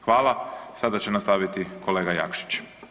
Hvala, sada će nastaviti kolega Jakšić.